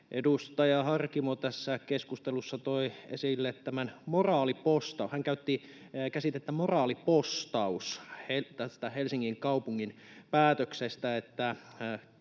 Edustaja Harkimo tässä keskustelussa toi esille tämän moraalipostauksen. Hän käytti käsitettä ”moraalipostaus” tästä Helsingin kaupungin päätöksestä,